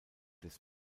des